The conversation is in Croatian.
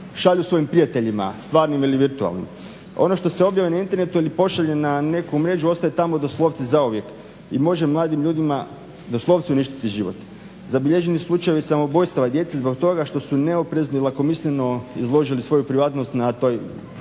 šalju svojim prijateljima, stvarnim ili virtualnim. Ono što se objavi na internetu ili pošalje ne neku mrežu ostaje tamo doslovce zauvijek i može mladim ljudima doslovce uništiti život. Zabilježeni su slučajevi samoubojstava djece zbog toga što su neoprezno i lakomisleno izložili svoju privatnost na toj